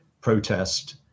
protest